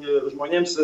ir žmonėms